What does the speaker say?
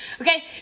Okay